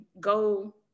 go